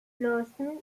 blossomed